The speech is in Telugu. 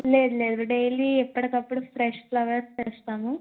లేదు లేదు డైలీ ఎప్పటికప్పుడు ఫ్రెష్ ఫ్లవర్స్ తెస్తాము